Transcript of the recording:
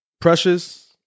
Precious